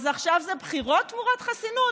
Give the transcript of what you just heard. אז עכשיו זה בחירות תמורת חסינות?